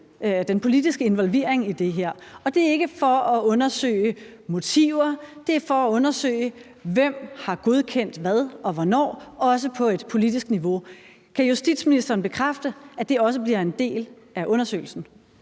den politiske involvering i det her. Og det er ikke for at undersøge motiver, det er for at undersøge: Hvem har godkendt hvad og hvornår, også på et politisk niveau? Kan justitsministeren bekræfte, at det også bliver en del af undersøgelsen?